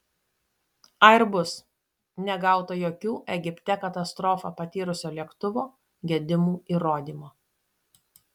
airbus negauta jokių egipte katastrofą patyrusio lėktuvo gedimų įrodymo